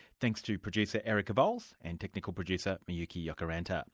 thanks to producer erica vowles and technical producer miyuki jokiranta